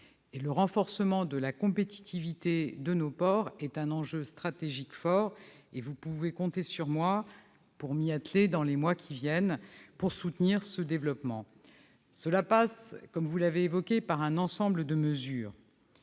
Le renforcement de la compétitivité de nos ports est un enjeu stratégique fort. Vous pouvez compter sur moi pour m'atteler, dans les mois qui viennent, à leur développement. Comme vous l'avez évoqué, cela passe par un ensemble de mesures.